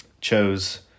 chose